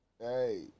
Hey